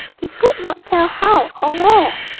he could not tell how or where.